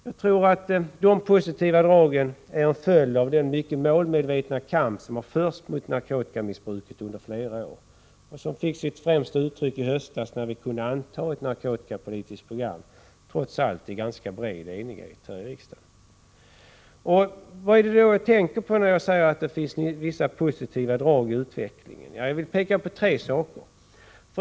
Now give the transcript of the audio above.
Jag tror att dessa positiva drag är en följd av den mycket målmedvetna kamp som har förts mot narkotikamissbruket under flera år och som fick sitt främsta uttryck i höstas, när vi kunde anta ett narkotikapolitiskt program med, trots allt, ganska bred enighet här i riksdagen. Vad är det då jag tänker på när jag säger att det finns vissa positiva drag i utvecklingen? Jag vill peka på tre saker.